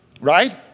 Right